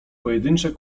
pojedyncze